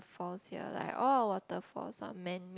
falls here like all waterfalls are man made